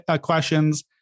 questions